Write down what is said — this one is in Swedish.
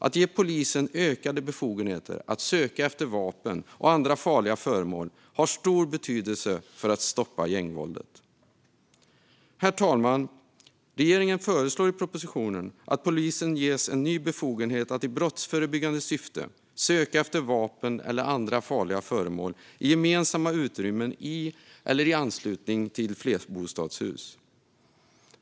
Att ge polisen ökade befogenheter att söka efter vapen och andra farliga föremål har stor betydelse för att stoppa gängvåldet. Herr talman! Regeringen föreslår i propositionen att polisen ges en ny befogenhet att i brottsförebyggande syfte söka efter vapen eller andra farliga föremål i gemensamma utrymmen i eller i anslutning till flerbostadshus.